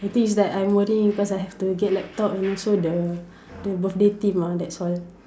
the thing is that I'm worrying because I have to get laptop and also the the birthday theme ah that's all